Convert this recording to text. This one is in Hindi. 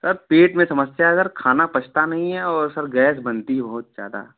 सर पेट में समस्या है सर खाना पचता नहीं है और सर गैस बनती है बहुत ज़्यादा